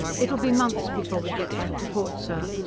it'll be months before we get back to port, sir.